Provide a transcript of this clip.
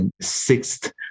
Sixth